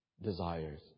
desires